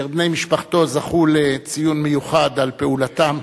אשר בני משפחתו זכו לציון מיוחד על פעולתם